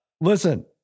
Listen